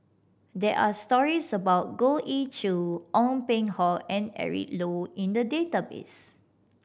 there are stories about Goh Ee Choo Ong Peng Hock and Eric Low in the database